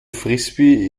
frisbee